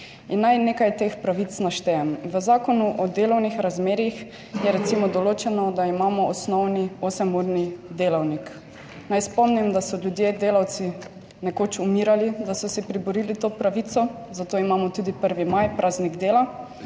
naj nekaj teh pravic naštejem. V Zakonu o delovnih razmerjih je recimo določeno, da imamo osnovni osemurni delavnik. Naj spomnim, da so ljudje, delavci nekoč umirali, da so si priborili to pravico. Zato imamo tudi 1. maj, praznik dela